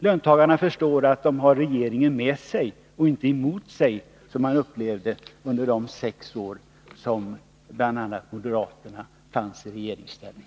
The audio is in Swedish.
Löntagarna förstår att de har regeringen med sig och inte emot sig, som man upplevde under de sex år då bl.a. moderaterna fanns i regeringsställning.